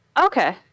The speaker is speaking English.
Okay